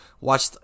Watch